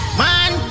man